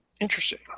Interesting